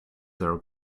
their